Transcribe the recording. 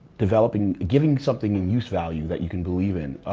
developing, giving something in use value that you can believe in.